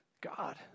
God